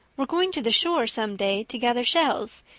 we're going to the shore some day to gather shells.